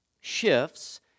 shifts